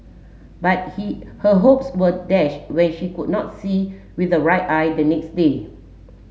but he her hopes were dashed when she could not see with the right eye the next day